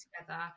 together